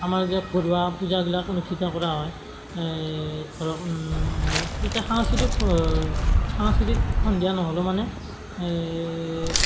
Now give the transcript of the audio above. আমাৰ যে ঘৰুৱা পূজা বিলাক অনুষ্ঠিত কৰা হয় এই ধৰক কিবা যে সাংস্কৃতিক সাংস্কৃতিক সন্ধিয়া নহ'লেও মানে